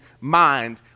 mind